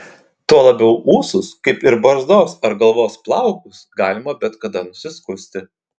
tuo labiau ūsus kaip ir barzdos ar galvos plaukus galima bet kada nusiskusti